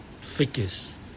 figures